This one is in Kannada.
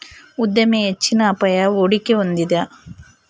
ಉದ್ಯಮಿ ಹೆಚ್ಚಿನ ಅಪಾಯ, ಹೂಡಿಕೆ ಹೊಂದಿದ